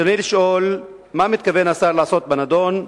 ברצוני לשאול: מה מתכוון השר לעשות בנדון,